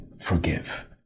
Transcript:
forgive